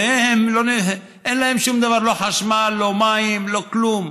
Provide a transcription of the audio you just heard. והם, אין להם שום דבר, לא חשמל, לא מים, לא כלום,